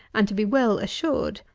and to be well assured,